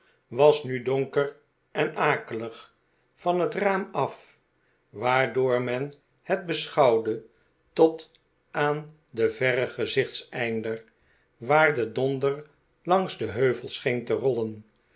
was nu donker en akelig van het raam af waardoor men het beschouwde tot aan den verren gezichtseinder waar de donder langs de heuvels scheen te rollen